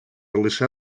лише